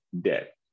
debt